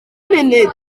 munud